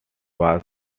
was